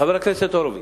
חבר הכנסת הורוביץ,